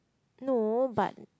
no but